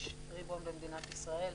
יש ריבון במדינת ישראל,